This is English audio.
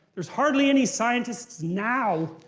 there's hardly any scientists now.